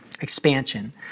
expansion